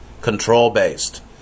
control-based